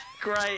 Great